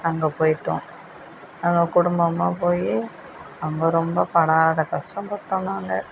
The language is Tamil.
அங்கே போய்விட்டோம் அங்கே குடும்பமாக போய் அங்கே ரொம்ப படாத கஷ்டம் பட்டோம் நாங்கள்